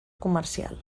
comercial